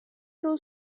روز